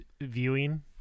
viewing